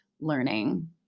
learning